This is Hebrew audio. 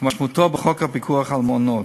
כמשמעותו בחוק הפיקוח על מעונות.